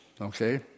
okay